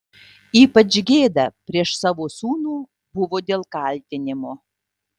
ypač gėda prieš savo sūnų buvo dėl kaltinimo